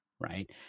right